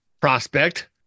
prospect